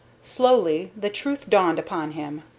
slowly the truth dawned upon him,